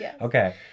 Okay